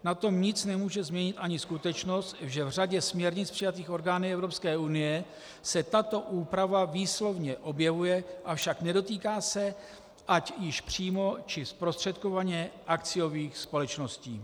Na tom nic nemůže změnit ani skutečnost, že v řadě směrnic přijatých orgány Evropské unie se tato úprava výslovně objevuje, avšak nedotýká se ať již přímo, či zprostředkovaně akciových společností.